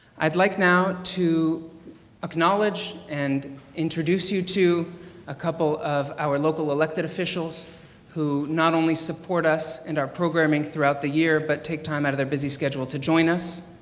i'd like now to acknowledge and introduce you to a couple of our local elected officials who not only support us and our programming throughout the year but take time out of their busy schedule to join us.